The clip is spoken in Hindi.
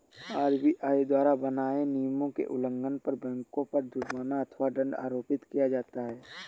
आर.बी.आई द्वारा बनाए नियमों के उल्लंघन पर बैंकों पर जुर्माना अथवा दंड आरोपित किया जाता है